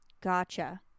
Gotcha